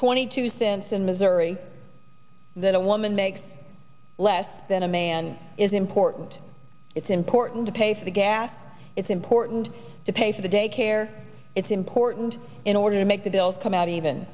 twenty two cents in missouri that a woman makes less than a man is important it's important to pay for the gas it's important to pay for the daycare it's important in order to make the bills come out even